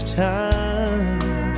time